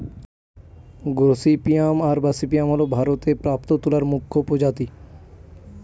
gossypium arboreum হল ভারতে প্রাপ্ত তুলার মুখ্য প্রজাতি